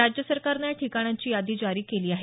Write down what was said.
राज्य सरकारनं या ठिकाणांची यादी जारी केली आहे